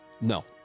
no